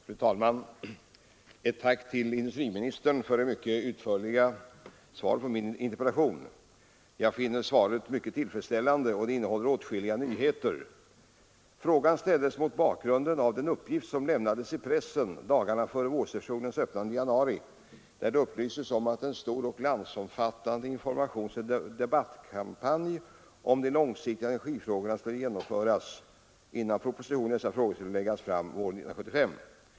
Fru talman! Ett tack till industriministern för det mycket utförliga svaret på min interpellation. Jag finner svaret mycket tillfredsställande, och det innehåller åtskilliga nyheter. Frågan ställdes mot bakgrund av den uppgift som lämnades i pressen dagarna före vårsessionens öppnande i januari; det upplystes om att en stor och landsomfattande informationsoch debattkampanj om de långsiktiga energifrågorna skulle genomföras innan propositionen i dessa frågor skulle läggas fram våren 1975.